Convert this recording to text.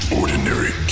ordinary